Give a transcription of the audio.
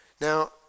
Now